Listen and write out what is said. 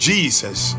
Jesus